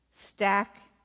stack